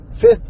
fifth